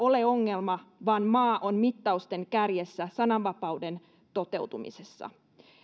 ole ongelma vaan maa on mittausten kärjessä sananvapauden toteutumisessa